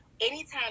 anytime